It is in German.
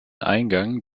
eingang